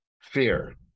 fear